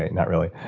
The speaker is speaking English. not really.